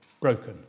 broken